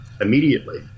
immediately